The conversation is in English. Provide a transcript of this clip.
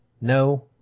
No